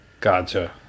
Gotcha